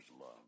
love